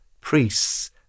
Priests